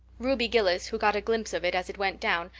ruby gillis, who got a glimpse of it as it went down,